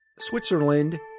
Switzerland